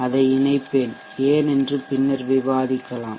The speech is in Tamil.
அதை இணைப்பேன் ஏன் என்று பின்னர் விவாதிக்கலாம்